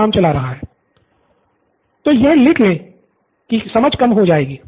सिद्धार्थ तो यह लिख ले की समझ कम हो जाएगी